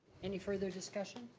any further discussion?